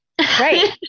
right